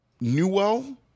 Newell